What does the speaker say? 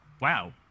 Wow